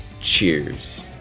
cheers